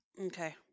Okay